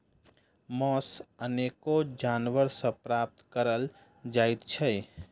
मौस अनेको जानवर सॅ प्राप्त करल जाइत छै